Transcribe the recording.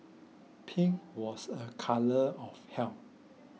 pink was a colour of health